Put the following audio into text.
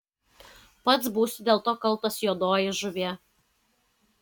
pats būsi dėl to kaltas juodoji žuvie